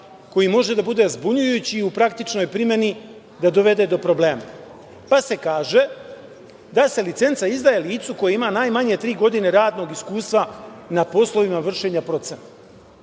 koji može da bude zbunjujući i u praktičnoj primeni da dovede do problema, pa se kaže da se licenca izdaje licu koje ima najmanje tri godine radnog iskustva na poslovima vršenja procena. Sada